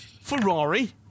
Ferrari